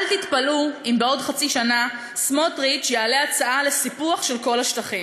אל תתפלאו אם בעוד חצי שנה סמוטריץ יעלה הצעה לסיפוח כל השטחים.